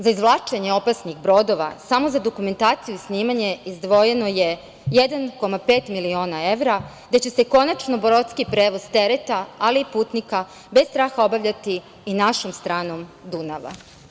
Za izvlačenje opasnih brodova, samo za dokumentaciju i snimanje izdvojeno je 1,5 miliona evra, gde će se konačno brodski prevoz tereta, ali i putnika, bez straha obavljati i našom stranom Dunava.